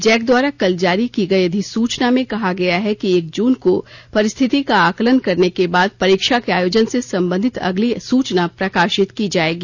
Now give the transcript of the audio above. Jack द्वारा कल जारी की गई अधिसूचना में कहा गया है कि एक जून को परिस्थति का आकलन करने के बाद परीक्षा के आयोजन से संबंधित अगली सुचना प्रकाशित की जायेगी